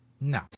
No